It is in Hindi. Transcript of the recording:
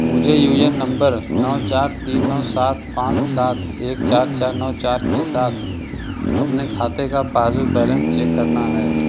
मुझे यू ए एन नम्बर नौ चार तीन नौ सात पाँच सात एक चार चार नौ चार के साथ अपने खाते का पासबुक बैलेंस चेक करना है